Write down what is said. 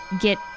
get